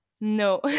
No